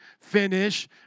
finish